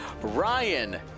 Ryan